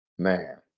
Man